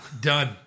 done